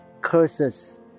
curses